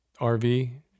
RV